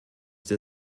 der